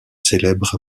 célèbre